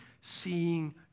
seeing